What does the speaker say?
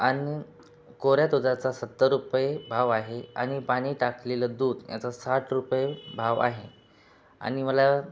आणि कोऱ्या दुधाचा सत्तर रुपये भाव आहे आणि पाणी टाकलेलं दूध याचा साठ रुपये भाव आहे आणि मला